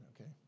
Okay